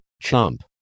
chump